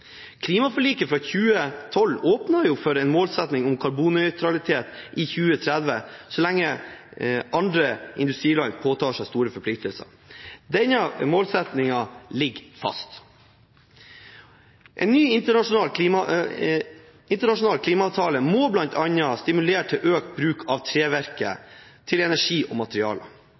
Klimaforliket for 2012 åpnet jo for en målsetting om karbonnøytralitet i 2030 så lenge andre industriland påtar seg store forpliktelser. Denne målsettingen ligger fast. En ny internasjonal klimaavtale må bl.a. stimulere til økt bruk av